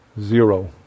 Zero